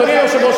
אדוני היושב-ראש,